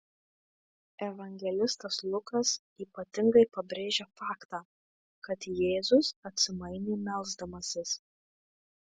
evangelistas lukas ypatingai pabrėžia faktą kad jėzus atsimainė melsdamasis